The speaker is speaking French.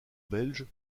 belges